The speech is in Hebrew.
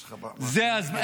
יש לך משהו נגד הדת?